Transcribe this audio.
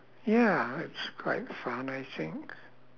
ya it's quite fun I think